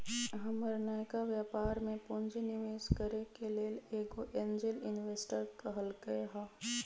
हमर नयका व्यापर में पूंजी निवेश करेके लेल एगो एंजेल इंवेस्टर कहलकै ह